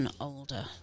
older